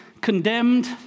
condemned